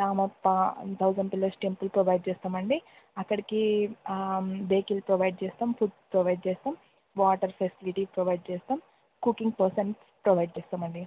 Ramappa thousand pillars temple provide చేస్తాము అండి అక్కడికి వెహికల్ ప్రొవైడ్ చేస్తాము ఫుడ్ ప్రొవైడ్ చేస్తాము వాటర్ ఫెసిలిటీ ప్రొవైడ్ చేస్తాము కుకింగ్ కోసం ప్రొవైడ్ చేస్తాము అండి